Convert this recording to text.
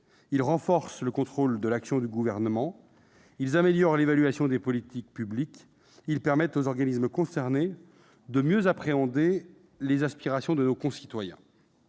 ils renforcent le contrôle de l'action du Gouvernement, améliorent l'évaluation des politiques publiques et permettent aux organismes concernés de mieux appréhender les aspirations de nos concitoyens.